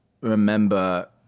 remember